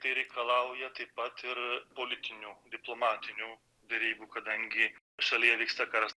tai reikalauja taip pat ir politinių diplomatinių derybų kadangi šalyje vyksta karas